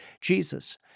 Jesus